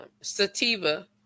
Sativa